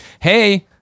Hey